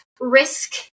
risk